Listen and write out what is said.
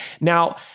Now